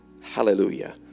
hallelujah